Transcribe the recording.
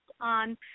On